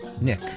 Nick